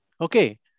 okay